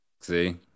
See